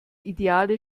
ideale